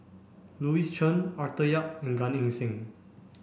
Louis Chen Arthur Yap and Gan Eng Seng